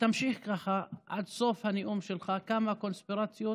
ותמשיך ככה עד סוף הנאום שלך, כמה קונספירציות